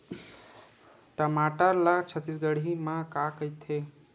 टमाटर ला छत्तीसगढ़ी मा का कइथे?